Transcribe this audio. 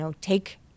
take